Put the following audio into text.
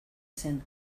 zen